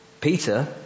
Peter